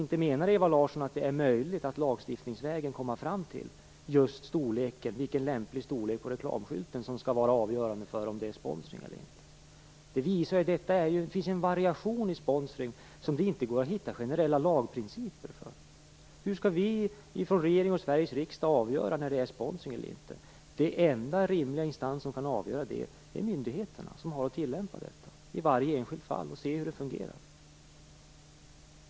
Inte menar Ewa Larsson att det är möjligt att lagstiftningsvägen komma fram till att storleken, en lämplig storlek på reklamskylten, skall vara avgörande för om det är sponsring eller inte? Det finns en variation i sponsring som det inte går att hitta generella lagprinciper för. Hur skall vi från regering och Sverige riksdag avgöra när det är sponsring eller inte? Den enda rimliga instans som kan avgöra det är myndigheterna som har att tillämpa lagen i varje enskilt fall och se hur det fungerar.